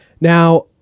Now